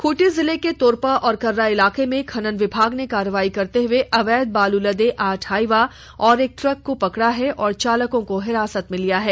खूंटी जिले के तोरपा और कर्रा इलाके में खनन विभाग ने कार्रवाई करते हुए अवैध बालू लदे आठ हाइवा और एक ट्रक को पकड़ा है और चालकों को हिरासत में लिया है